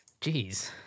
Jeez